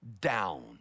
down